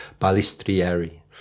balistrieri